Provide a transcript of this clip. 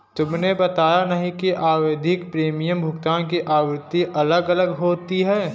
तुमने बताया नहीं कि आवधिक प्रीमियम भुगतान की आवृत्ति अलग अलग होती है